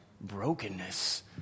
brokenness